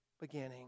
beginning